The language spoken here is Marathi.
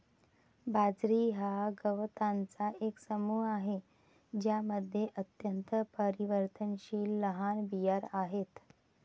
बाजरी हा गवतांचा एक समूह आहे ज्यामध्ये अत्यंत परिवर्तनशील लहान बिया आहेत